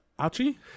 Achi